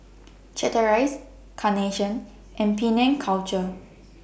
Chateraise Carnation and Penang Culture